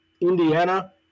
Indiana